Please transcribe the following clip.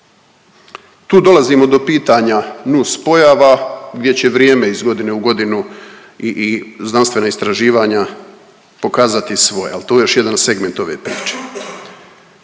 Tu dolazimo do pitanja nuspojava gdje će vrijeme iz godine u godinu i znanstvena istraživanja pokazati svoje ali to je još jedan segment ove priče.